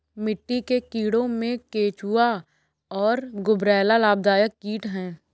मिट्टी के कीड़ों में केंचुआ और गुबरैला लाभदायक कीट हैं